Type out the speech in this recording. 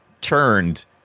turned